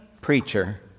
preacher